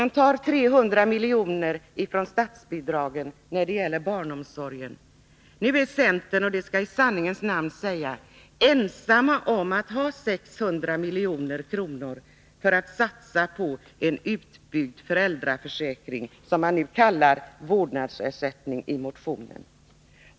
Ni tar 300 miljoner från statsbidragen till barnomsorgen. Nu är centern — det skall i sanningens namn sägas — ensam om att vilja ta 600 milj.kr. för att satsa på en utbyggd föräldraförsäkring, som man nu i motionen kallar vårdnadsersättning.